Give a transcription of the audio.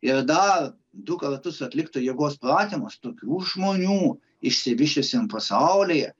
ir dar du kartus atliktų jėgos pratimus tokių žmonių išsivysčiusiam pasaulyje